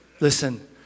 Listen